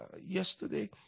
yesterday